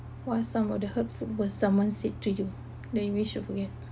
what some of the hurtful words someone said to you that you wish to forget